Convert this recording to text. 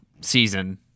season